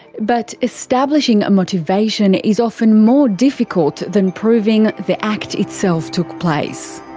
but establishing a motivation is often more difficult than proving the act itself took place.